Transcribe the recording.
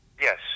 Yes